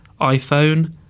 iPhone